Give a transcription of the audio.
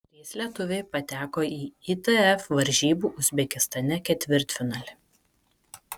trys lietuviai pateko į itf varžybų uzbekistane ketvirtfinalį